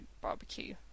barbecue